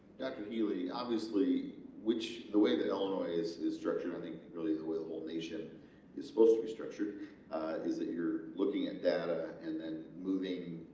dr. healy obviously which the way that illinois is structured i think really the way the whole nation is supposed to be structured is that you're looking at data and then moving.